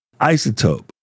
Isotope